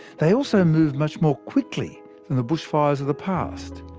they also move much more quickly than the bushfires of the past.